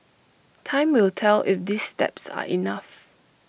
time will tell if these steps are enough